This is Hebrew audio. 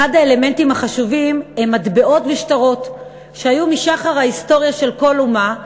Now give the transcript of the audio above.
אחד האלמנטים החשובים הוא מטבעות ושטרות שהיו משחר ההיסטוריה לכל אומה,